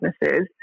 businesses